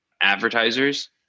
advertisers